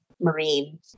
marine